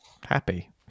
happy